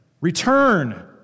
Return